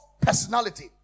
personality